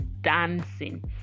dancing